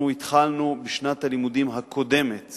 אנחנו התחלנו בשנת הלימודים הקודמת